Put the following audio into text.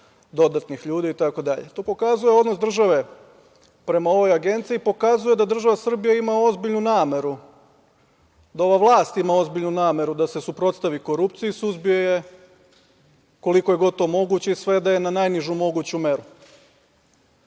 dodatnih ljudi. To pokazuje odnos države prema ovoj agenciji. Pokazuje da država Srbija ima ozbiljnu nameru, da ova vlast ima ozbiljnu nameru da se suprotstavi korupciji, suzbije je koliko je god to moguće i svede na najnižu moguću meru.